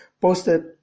posted